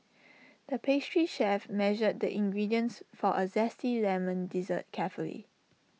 the pastry chef measured the ingredients for A Zesty Lemon Dessert carefully